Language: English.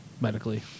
medically